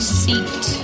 seat